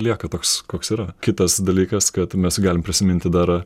lieka toks koks yra kitas dalykas kad mes galim prisiminti dar